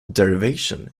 derivation